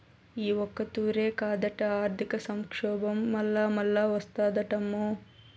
ఈ ఒక్కతూరే కాదట, ఆర్థిక సంక్షోబం మల్లామల్లా ఓస్తాదటమ్మో